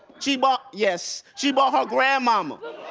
she brought, yes, she brought her grand mama.